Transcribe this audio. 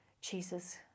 Jesus